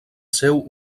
seu